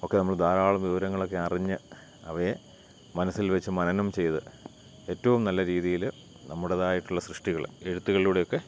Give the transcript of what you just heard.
ഒക്കെ നമ്മൾ ധാരാളം വിവരങ്ങളൊക്കെ അറിഞ്ഞ് അവയെ മനസ്സിൽ വെച്ച് മനനം ചെയ്ത് ഏറ്റവും നല്ല രീതിയിൽ നമ്മുടേതായിട്ടുള്ള സൃഷ്ടികൾ എഴുത്തുകളിലൂടെയൊക്കെ